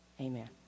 Amen